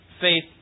faith